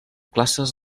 classes